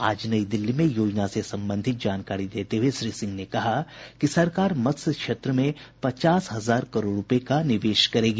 आज नई दिल्ली में योजना से संबंधित जानकारी देते हुए श्री सिंह ने कहा कि सरकार मत्स्य क्षेत्र में पचास हजार करोड़ रुपये का निवेश करेगी